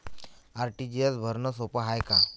RTGS भरनं सोप हाय का?